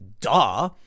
Duh